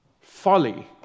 folly